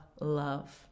love